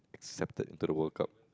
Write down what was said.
accepted into the World-Cup